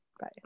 Bye